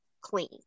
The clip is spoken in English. clean